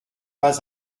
pas